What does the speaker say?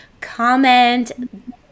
comment